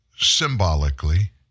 Symbolically